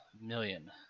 million